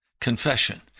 Confession